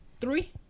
Three